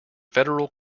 federal